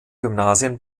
gymnasien